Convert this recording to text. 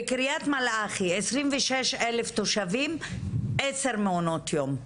בקריית מלאכי 26,000 תושבים - 10 מעונות יום.